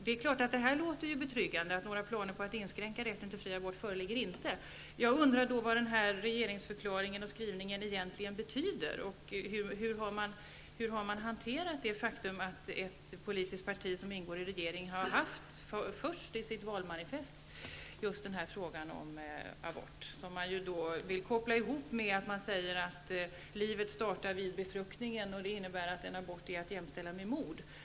Bo Könberg sade i svaret att ''några planer på att inskränka rätten till fri abort föreligger inte'', och det låter ju betryggande. Jag undrar då vad skrivningen i regeringsförklaringen egentligen betyder. Hur har man hanterat det faktum att ett politiskt parti som ingår i regeringen har tagit upp just frågan om abort i sitt valmanifest? Man vill alltså koppla ihop abortfrågan med att livet startar vid befruktningen, vilket innebär att abort är att jämställa med mord.